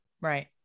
Right